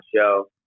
show